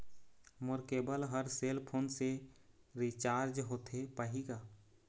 मोर केबल हर cell phone से रिचार्ज होथे पाही का?